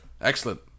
excellent